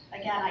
again